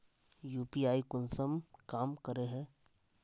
UPI कुंसम काम करे है?